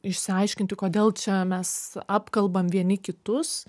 išsiaiškinti kodėl čia mes apkalbam vieni kitus